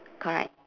correct